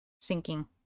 sinking